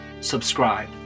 subscribe